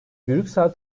brüksel